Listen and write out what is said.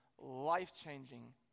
life-changing